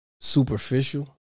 Superficial